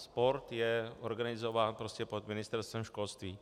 Sport je organizován prostě pod Ministerstvem školství.